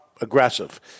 aggressive